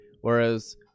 whereas